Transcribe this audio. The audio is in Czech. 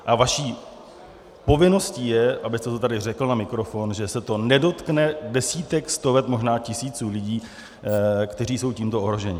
A vaší povinností je, abyste to tady řekl na mikrofon, že se to nedotkne desítek, stovek, možná tisíců lidí, kteří jsou tímto ohroženi.